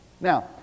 Now